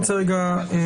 אז אני רק רוצה רגע להבהיר.